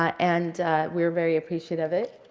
and we were very appreciative of it.